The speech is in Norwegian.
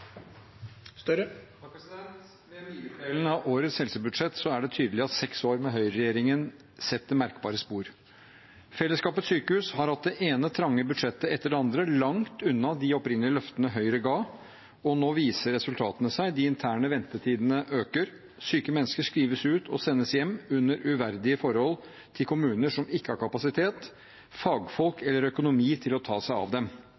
det tydelig at seks år med høyreregjering setter merkbare spor. Fellesskapets sykehus har hatt det ene trange budsjettet etter det andre, langt unna de opprinnelige løftene Høyre ga, og nå viser resultatene seg: De interne ventetidene øker, og syke mennesker skrives ut og sendes hjem under uverdige forhold til kommuner som ikke har kapasitet, fagfolk eller økonomi til å ta seg av dem.